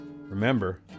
Remember